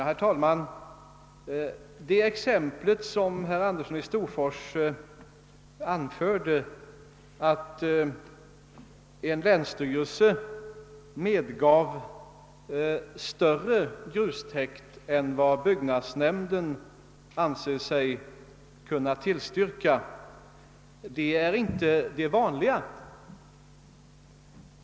Herr talman! Herr Andersson i Storfors anförde ett exempel där en länsstyrelse medgav större grustäkt än vad byggnadsnämnden ansett sig kunna tillstyrka. Detta är inte det vanliga fallet.